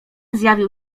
zjawił